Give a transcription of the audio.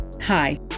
Hi